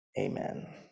Amen